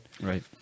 Right